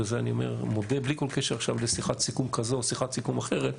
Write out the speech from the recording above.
ועל זה אני מודה בלי כל קשר עכשיו לשיחת סיכום כזו או שיחת סיכום אחרת,